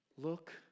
Look